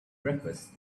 breakfast